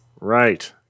Right